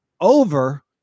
over